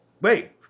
Wait